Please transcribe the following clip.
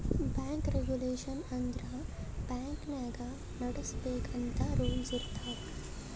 bank regulation ಅಂದುರ್ bank ಹ್ಯಾಂಗ್ ನಡುಸ್ಬೇಕ್ ಅಂತ್ ರೂಲ್ಸ್ ಇರ್ತಾವ್